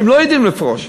הם לא יודעים לפרוש,